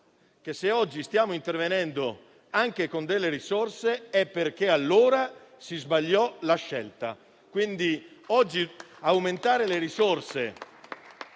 se oggi stiamo intervenendo anche con delle risorse, è perché allora si sbagliò la scelta.